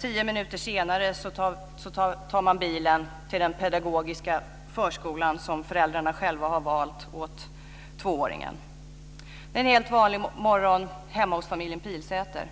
Tio minuter senare tar man bilen till den pedagogiska förskola som föräldrarna själva har valt åt tvååringen. Det är en helt vanlig morgon hemma hos familjen Pilsäter.